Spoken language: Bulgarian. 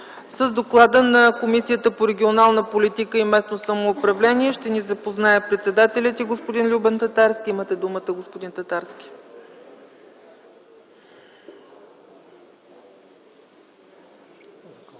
С доклада на Комисията по регионална политика и местно самоуправление ще ни запознае председателят й господин Любен Татарски. Имате думата, господин Татарски.